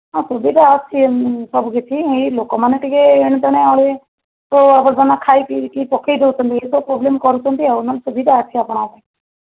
ହଁ ସୁବିଧା ଅଛି ସବୁ କିଛି ଏଇ ଲୋକମାନେ ଟିକେ ଏଣେତେଣେ ଆଡ଼େ ଏ ଆବର୍ଜନା ଖାଇପିଇକି ପକାଇଦେଉଛନ୍ତି ଏମିତି ପ୍ରୋବ୍ଲେମ କରୁଛନ୍ତି ଆଉ ନହେଲେ ସୁବିଧା ଅଛି ଆପଣ ଆସନ୍ତୁ